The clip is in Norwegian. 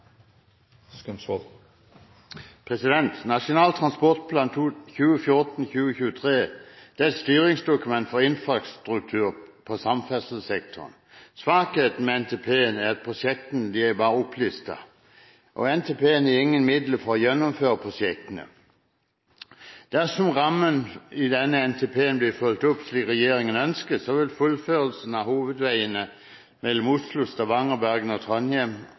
hele fylket. Nasjonal transportplan 2014–2023 er et styringsdokument for infrastruktur på samferdselssektoren. Svakheten med NTP er at prosjektene bare er opplistet. NTP har ingen midler for å gjennomføre prosjektene. Dersom rammen i denne NTP-en blir fulgt opp slik regjeringen ønsker, vil fullførelsen av hovedveiene mellom Oslo og Stavanger, Bergen og Trondheim